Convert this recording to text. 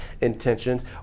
intentions